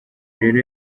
rero